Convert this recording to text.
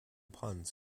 puns